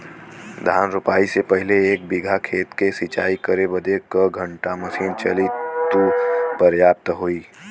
धान रोपाई से पहिले एक बिघा खेत के सिंचाई करे बदे क घंटा मशीन चली तू पर्याप्त होई?